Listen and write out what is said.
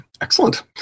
Excellent